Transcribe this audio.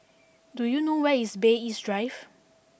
do you know where is Bay East Drive